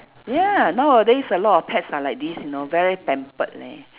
ya nowadays a lot of pets are like this you know very pampered leh